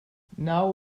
now